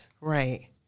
Right